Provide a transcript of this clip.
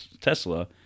Tesla